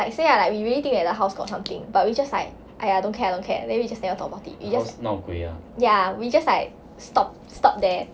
like say lah like we really think that the house got something but we just like !aiya! don't care don't care then we just never talk about it we just ya we just like stop stop there